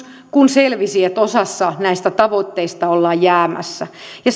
kun selvisi että osasta näistä tavoitteista ollaan jäämässä ja